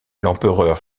l’empereur